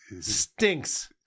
stinks